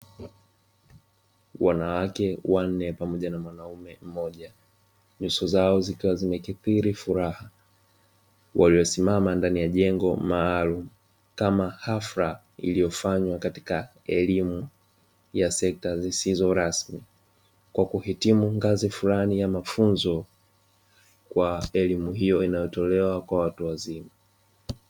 Wanawake wanne pamoja na mwanaume mmoja nyuso zao zikiwa zimekithiri furaha, waliosimama ndani ya jengo maalumu kama hafla iliyofanywa katika elimu ya sekta zisizo rasmi. Kwa kuhitimu ngazi fulani ya mafunzo kwa elimu hiyo inayotolewa kwa watu wazima.